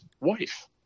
wife